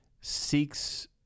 seeks